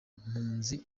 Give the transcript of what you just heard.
mpunzi